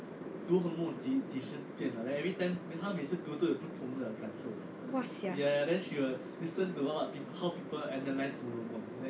!wah! sia